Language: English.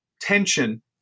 tension